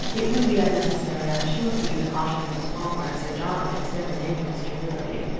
it would be unnecessary i am sure, for you to caution mrs. palmer and sir john against ever naming mr. willoughby,